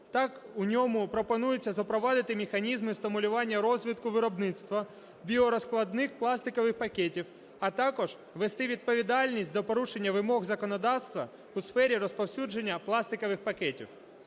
Так, у ньому пропонується запровадити механізми стимулювання розвитку виробництва біорозкладних пластикових пакетів, а також ввести відповідальність за порушення вимог законодавства у сфері розповсюдження пластикових пакетів.